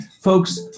folks